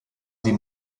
sie